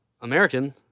American